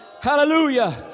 Hallelujah